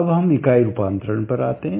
अब हम इकाई रूपांतरण पर आते हैं